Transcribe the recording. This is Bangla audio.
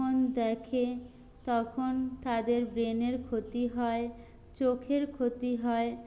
ফোন দেখে তখন তাদের ব্রেনের ক্ষতি হয় চোখের ক্ষতি হয়